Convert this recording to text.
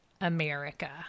America